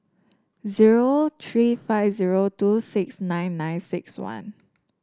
zero three five zero two six nine nine six one